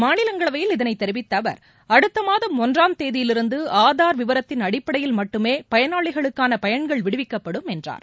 மாநிலங்களவையில் இதனைதெரிவித்தஅவர் அடுத்தமாதம் ஒன்றாம் தேதியிலிருந்துஆதார் விவரத்தின் அடிப்படையில் மட்டுமேபயனாளிகளுக்கானபயன்கள் விடுவிக்கப்படும் என்றார்